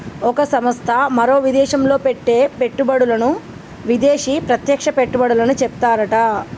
ఒక సంస్థ మరో విదేశంలో పెట్టే పెట్టుబడులను విదేశీ ప్రత్యక్ష పెట్టుబడులని చెప్తారట